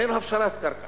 אין הפשרת קרקע,